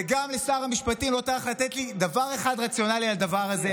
וגם שר המשפטים לא טרח לתת לי דבר אחד רציונלי על הדבר הזה,